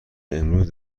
امروز